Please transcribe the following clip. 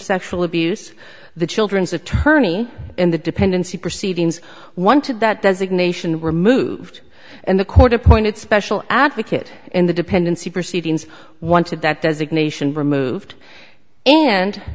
sexual abuse the children's attorney in the dependency proceedings wanted that designation removed and the court appointed special advocate in the dependency proceedings wanted that designation removed and